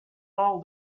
all